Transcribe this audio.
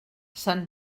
sant